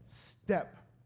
step